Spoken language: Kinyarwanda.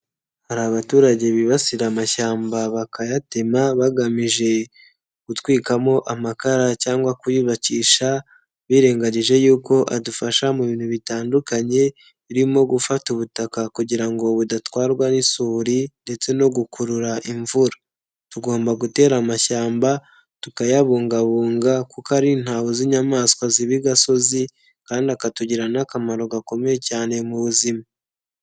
Hari abaturage bibasira amashyamba bakayatema bagamije gutwikamo amakara cyangwa kuyubakisha birengagije yuko adufasha mu bintu bitandukanye, birimo gufata ubutaka kugira ngo budatwarwa n'isuri ndetse no gukurura imvura, tugomba gutera amashyamba tukayabungabunga kuko ari intaho z'inyamaswa ziba i gasozi kandi akatugirira n'akamaro gakomeye cyane mu buzima.